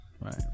Right